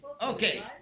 Okay